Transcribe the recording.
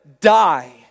die